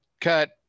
cut